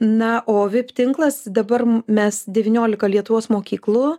na o vip tinklas dabar mes devyniolika lietuvos mokyklų